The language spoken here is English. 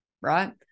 right